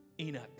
Enoch